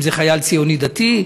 אם חייל ציוני דתי,